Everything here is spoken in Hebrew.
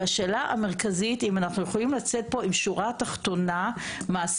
השאלה המרכזית היא אם אנחנו יכולים לצאת פה עם שורה תחתונה מעשית,